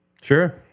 Sure